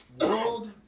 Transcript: World